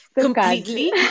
completely